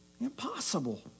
impossible